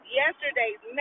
yesterday's